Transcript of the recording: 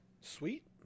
Sweet